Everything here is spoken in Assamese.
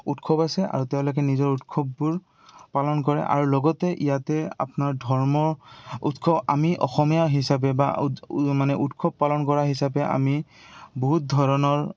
উৎসৱ আছে আৰু তেওঁলোকে নিজৰ উৎসৱবোৰ পালন কৰে আৰু লগতে ইয়াতে আপোনাৰ ধৰ্মৰ উৎসৱ আমি অসমীয়া হিচাপে বা মানে উৎসৱ পালন কৰা হিচাপে আমি বহুত ধৰণৰ